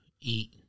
eat